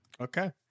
okay